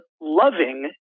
loving